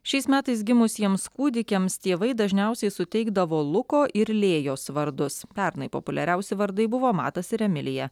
šiais metais gimusiems kūdikiams tėvai dažniausiai suteikdavo luko ir lėjos vardus pernai populiariausi vardai buvo matas ir emilija